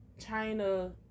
China